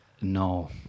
no